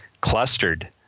clustered